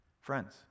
friends